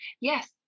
Yes